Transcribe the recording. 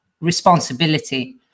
responsibility